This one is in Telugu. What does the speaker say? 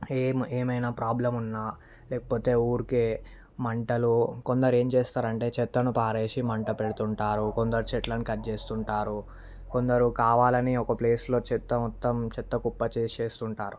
ఏం ఏమైనా ప్రాబ్లం ఉన్నా లేకపోతే ఊరికే మంటలు కొందరు ఏం చేస్తారంటే చెత్తను పారవేసి మంట పెడుతూ ఉంటారు కొందరు చెట్లని కట్ చేస్తుంటారు కొందరు కావాలని ఒక ప్లేస్లో చెత్త మొత్తం చెత్త కుప్ప చేసేస్తుంటారు